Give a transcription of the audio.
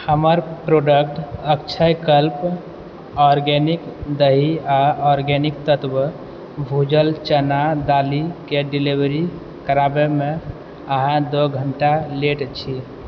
हमर product Akshayakalpa organic दही आ ऑर्गेनिक तत्त्व भूजल चना दालिके डिलीवरी कराबैमे अहाँ दू घण्टा लेट छी